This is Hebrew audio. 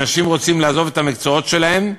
אנשים רוצים לעזוב את המקצועות שלהם,